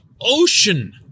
ocean